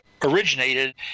originated